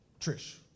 Trish